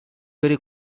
بری